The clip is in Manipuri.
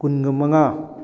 ꯀꯨꯟꯒ ꯃꯉꯥ